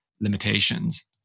limitations